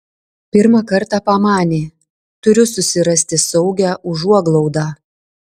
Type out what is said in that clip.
pirmą kartą pamanė turiu susirasti saugią užuoglaudą